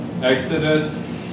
Exodus